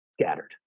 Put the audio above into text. scattered